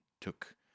took